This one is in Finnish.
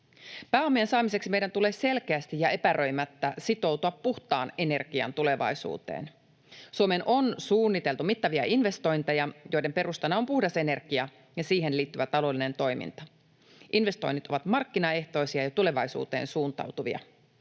Pääomien saamiseksi meidän tulee selkeästi ja epäröimättä sitoutua puhtaan energian tulevaisuuteen. Suomeen on suunniteltu mittavia investointeja, joiden perustana on puhdas energia ja siihen liittyvä taloudellinen toiminta. Investoinnit ovat markkinaehtoisia ja tulevaisuuteen suuntautuvia.